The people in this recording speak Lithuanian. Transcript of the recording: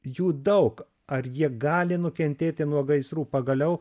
jų daug ar jie gali nukentėti nuo gaisrų pagaliau